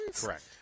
Correct